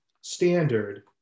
standard